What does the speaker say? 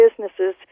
businesses